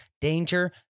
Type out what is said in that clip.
danger